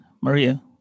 Maria